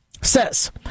says